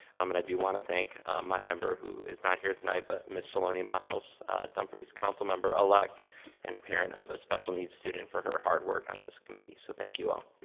um and i do want to think my member who is not here tonight. but miss aloni miles, a dumphries council member elect and a parent of a special needs students for her hard work on this committee. so thank you all.